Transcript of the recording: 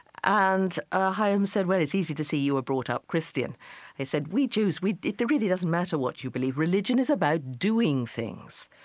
and ah chaim said, well, it's easy to see you were brought up christian he said, we jews, we it really doesn't matter what you believe, religion is about doing things.